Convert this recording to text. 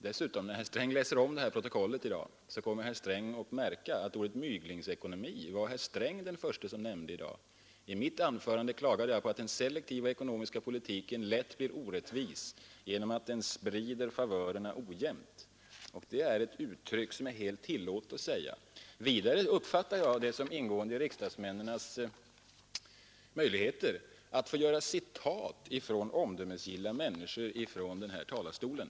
När herr Sträng läser dagens protokoll kommer han att märka att ordet myglingsekonomi var det han själv som nämnde först i dag. I mitt tidigare anförande klagade jag över att den selektiva ekonomiska politiken lätt blir orättvis genom att den sprider favörerna ojämnt. Det är ett uttryck som det är helt tillåtet att säga. Vidare uppfattar jag det som ingående i riksdagsmännens möjligheter att från den här talarstolen få citera omdömesgilla människor som herrar Lundberg och Lindbeck.